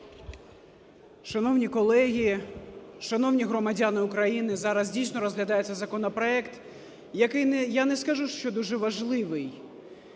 Шановні колеги! Шановні громадяни України! Зараз, дійсно, розглядається законопроект, який, я не скажу, що дуже важливий,